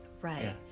Right